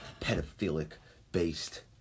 pedophilic-based